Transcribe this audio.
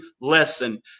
lesson